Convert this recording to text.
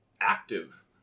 active